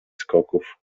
skoków